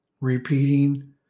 repeating